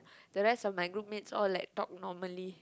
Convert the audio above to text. the rest of my group mates all like talk normally